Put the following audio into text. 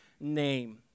name